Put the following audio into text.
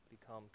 become